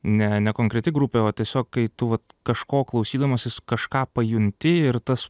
ne ne konkreti grupė o tiesiog kai tu vat kažko klausydamasis kažką pajunti ir tas